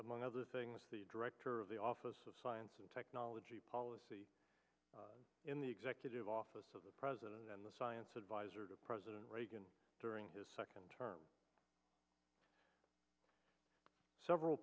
among other things the director of the office of science and technology policy in the executive office of the president and the science advisor to president reagan during his second term several